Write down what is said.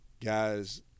guys